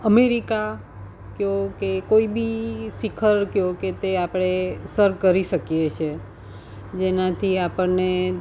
America કહો કે કોઈ બી શિખર કહો કે તે આપણે સર કરી શકીએ છે જેનાથી આપણને